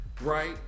right